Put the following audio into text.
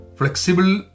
flexible